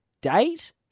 Date